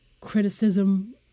criticism